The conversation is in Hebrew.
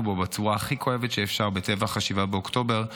בו בצורה הכי כואבת שאפשר בטבח 7 באוקטובר,